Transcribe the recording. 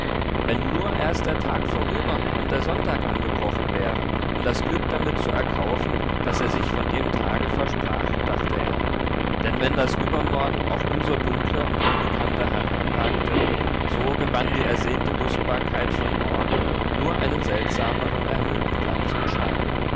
wenn nur erst der tag vorüber und der sonntag angebrochen wäre um das glück damit zu erkaufen das er sich von dem tage versprach dachte er denn wenn das übermorgen auch um so dunkler und unbekannter hereinragte so gewann die ersehnte lustbarkeit von morgen nur einen seltsamern erhöhten glanz und schein